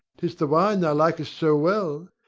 tis the wine thou likest so well.